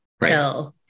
Right